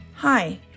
Hi